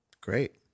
Great